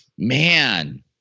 Man